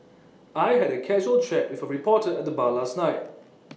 I had A casual chat with A reporter at the bar last night